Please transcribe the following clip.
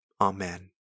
Amen